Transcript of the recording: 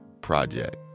project